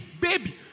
baby